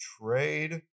trade